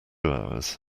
hours